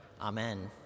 Amen